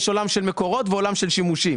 יש עולם של מקורות ועולם של שימושים.